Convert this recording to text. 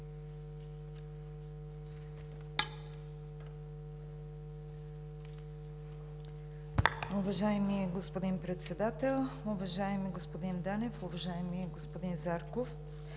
Уважаеми господин Председател, уважаеми господин Данев, уважаеми господин Зарков!